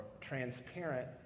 transparent